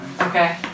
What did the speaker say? Okay